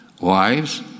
Wives